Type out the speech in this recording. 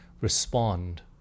respond